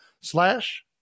slash